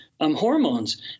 hormones